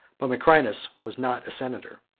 but macrinus was not a senator.